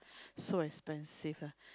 so expensive ah